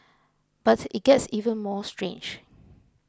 but it gets even more strange